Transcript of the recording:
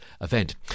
event